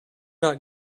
not